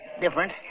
different